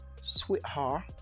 sweetheart